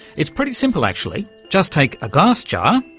it's pretty simple actually, just take a glass jar,